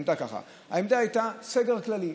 אני אומר כך: העמדה הייתה סגר כללי.